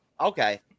Okay